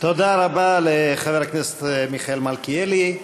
תודה רבה לחבר הכנסת מיכאל מלכיאלי.